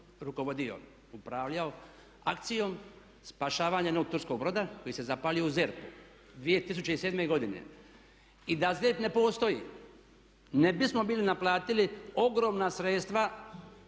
rukovodio, upravljao akcijom spašavanja jednog turskog broda koji se zapalio u ZERP-u 2007.godine i da ZERP ne postoji ne bismo bili naplatili ogromna sredstva